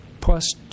plus